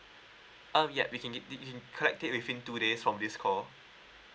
um yup we can did did you collect it within two days from this call